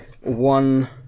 one